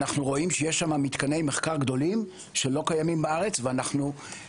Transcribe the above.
אנחנו רואים שיש שם מתקני מחקר גדולים שלא קיימים בארץ וזה